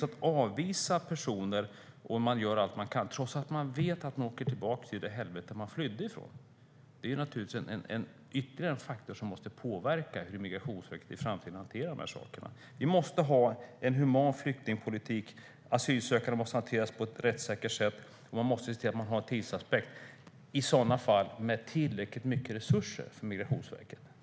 Man avvisar personer, och man gör allt man kan, trots att man vet att de åker tillbaka till det helvete de flydde ifrån. Det är naturligtvis ytterligare en faktor som måste påverka hur Migrationsverket i framtiden hanterar de här sakerna. Vi måste ha en human flyktingpolitik. Asylsökande måste hanteras på ett rättssäkert sätt, och det måste finnas en tidsaspekt, i sådana fall med tillräckligt mycket resurser för Migrationsverket.